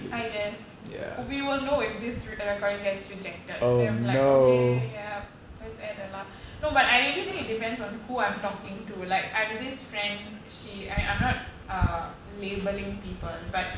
I guess we will know if this re~ recording gets rejected we have like okay ya let's add a lah no but I really think it depends on who I'm talking to like I have this friend she I mean I'm not uh labeling people but